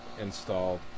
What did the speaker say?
installed